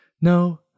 No